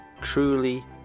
truly